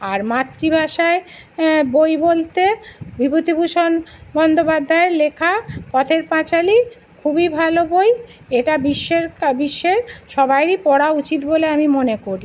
আর মাতৃভাষায় বই বলতে বিভূতিভূষণ বন্দ্যোপাধ্যায়ের লেখা পথের পাঁচালি খুবই ভালো বই এটা বিশ্বের বিশ্বের সবারই পড়া উচিত বলে আমি মনে করি